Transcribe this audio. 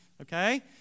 okay